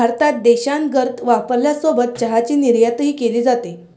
भारतात देशांतर्गत वापरासोबत चहाची निर्यातही केली जाते